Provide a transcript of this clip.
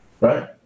right